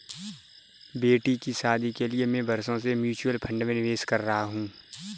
बेटी की शादी के लिए मैं बरसों से म्यूचुअल फंड में निवेश कर रहा हूं